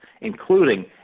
including